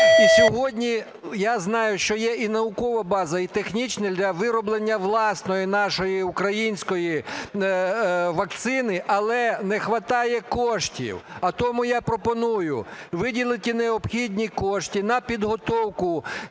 сьогодні я знаю, що є і наукова база і технічна для вироблення власної нашої, української вакцини, але не хватає коштів. А тому я пропоную виділити необхідні кошти на підготовку